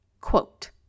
Quote